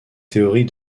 théories